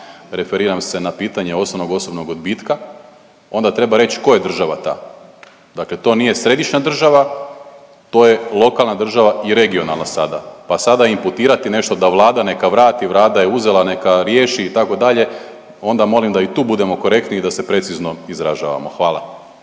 referiram se na pitanje osnovnog osobnog odbitka. Onda treba tko je država ta. Dakle to nije središnja država, to je lokalna država i regionalna sada. Pa sada imputirati nešto da Vlada neka vrati, Vlada je uzela neka riješi itd., onda molim da i tu budemo korektni i da se precizno izražavamo. Hvala.